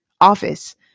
office